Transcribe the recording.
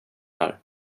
här